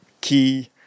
key